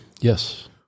Yes